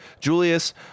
Julius